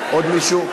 עוד מישהו?